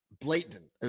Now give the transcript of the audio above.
blatant